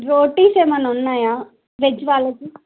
రోటీస్ ఏమన్నా ఉన్నాయా వెజ్ వాళ్ళకి